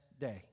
day